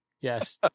Yes